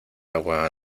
agua